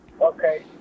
Okay